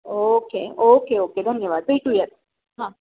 okay okay okay धन्यवाद भेटूयात हां